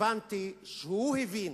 הבנתי שהוא הבין